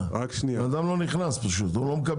בן אדם לא נכנס לדירה.